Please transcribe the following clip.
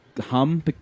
hum